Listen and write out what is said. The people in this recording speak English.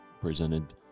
presented